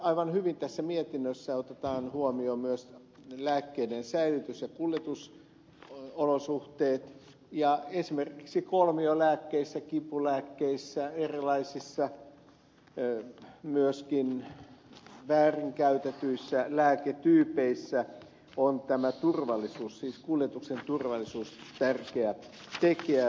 aivan hyvin tässä mietinnössä otetaan huomioon myös lääkkeiden säilytys ja kuljetusolosuhteet ja esimerkiksi kolmiolääkkeissä kipulääkkeissä erilaisissa myöskin väärinkäytetyissä lääketyypeissä on tämä kuljetuksen turvallisuus tärkeä tekijä